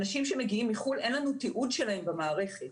אנשים שמגיעים מחו"ל אין לנו תיעוד שלהם במערכת.